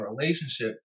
relationship